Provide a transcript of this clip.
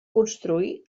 construir